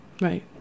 Right